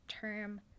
term